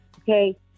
okay